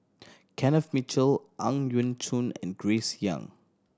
Kenneth Mitchell Ang Yau Choon and Grace Young